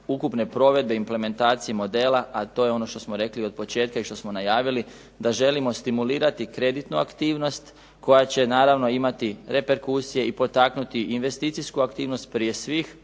ukupne provedbe implementacije modela, a to je ono što smo rekli od početka i što smo najavili da želimo stimulirati kreditnu aktivnost koja će naravno imati reperkusije i potaknuti investicijsku aktivnost prije svih,